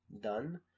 done